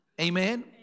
Amen